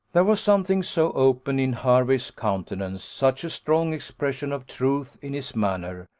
there was something so open in hervey's countenance, such a strong expression of truth in his manner,